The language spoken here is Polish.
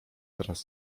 teraz